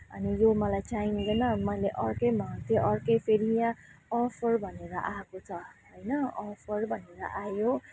अनि यो मलाई चाहिँदैन मैले अर्कै मगाएको थिएँ अर्कै फेरि यहाँ अफर भनेर आएको छ होइन अफर भनेर आयो